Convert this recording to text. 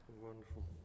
Wonderful